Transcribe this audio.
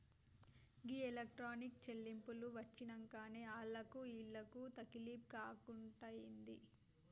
గీ electronic చెల్లింపులు వచ్చినంకనే ఆళ్లకు ఈళ్లకు తకిలీబ్ గాకుంటయింది